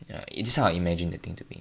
it's how I imagine the thing to be